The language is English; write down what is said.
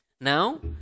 Now